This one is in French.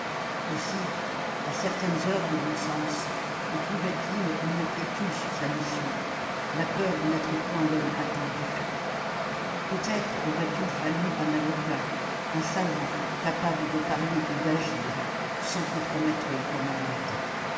aussi à certaines heures de bon sens éprouvait-il une inquiétude sur sa mission la peur de n'être point l'homme attendu peut-être aurait-il fallu un avocat un savant capable de parler et d'agir sans compromettre les camarades